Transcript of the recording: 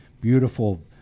beautiful